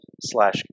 slash